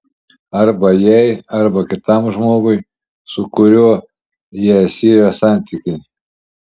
arba jai arba kitam žmogui su kuriuo ją siejo santykiai